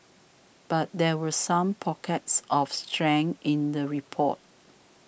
but there were some pockets of strength in the report